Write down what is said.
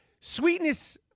Sweetness